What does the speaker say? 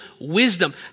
wisdom